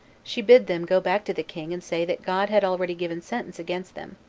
she bid them go back to the king, and say that god had already given sentence against them,